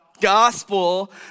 gospel